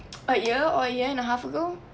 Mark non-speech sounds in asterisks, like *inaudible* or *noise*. *noise* a year or a year and a half ago